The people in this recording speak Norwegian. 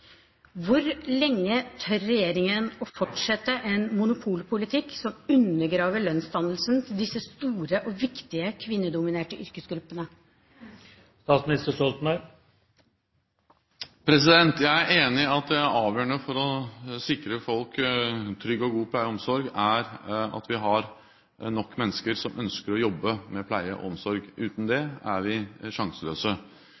Hvor lenge tør regjeringen fortsette en monopolpolitikk som undergraver lønnsdannelsen i disse store og viktige kvinnedominerte yrkesgruppene? Jeg er enig i at det er avgjørende for å sikre folk trygg og god pleie og omsorg at vi har nok mennesker som ønsker å jobbe med pleie og omsorg. Uten